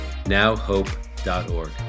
nowhope.org